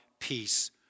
peace